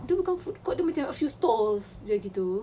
dia bukan food court dia macam a few stalls jer gitu